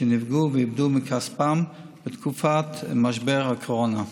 שנפגעו ושאיבדו את כספם בתקופת משבר הקורונה.